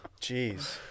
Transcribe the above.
Jeez